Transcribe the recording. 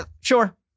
Sure